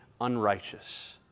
unrighteous